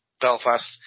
Belfast